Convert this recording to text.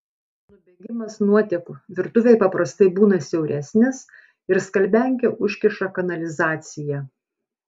nubėgimas nuotekų virtuvėj paprastai būna siauresnis ir skalbiankė užkiša kanalizaciją